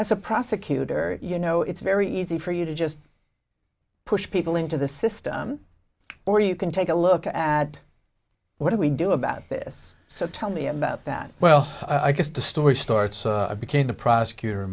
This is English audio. as a prosecutor you know it's very easy for you to just push people into the system or you can take a look at what do we do about this so tell me about that well i guess the story starts became the prosecutor